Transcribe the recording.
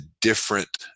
different